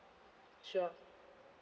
sure